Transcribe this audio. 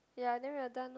ya then we are done lor